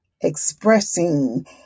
expressing